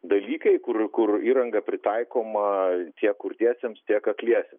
dalykai kur kur įranga pritaikoma tiek kurtiesiems tiek akliesiems